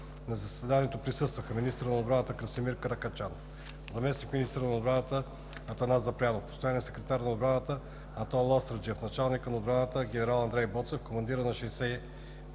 На заседанието присъстваха: министърът на отбраната Красимир Каракачанов, заместник-министърът на отбраната Атанас Запрянов, постоянният секретар на отбраната Антон Ластарджиев, началникът на отбраната генерал Андрей Боцев, командирът на